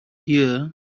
here